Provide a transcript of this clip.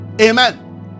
Amen